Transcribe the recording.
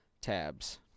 tabs